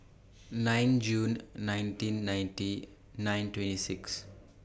nine June nineteen ninety nine twenty six